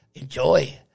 enjoy